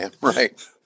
Right